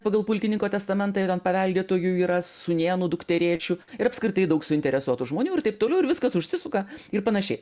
pagal pulkininko testamentą ir ant paveldėtojų yra sūnėnų dukterėčių ir apskritai daug suinteresuotų žmonių ir taip toliau ir viskas užsisuka ir panašiai